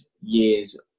years